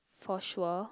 for sure